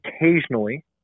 occasionally